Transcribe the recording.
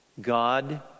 God